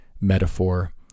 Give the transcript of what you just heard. metaphor